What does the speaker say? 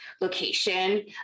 location